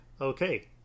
Okay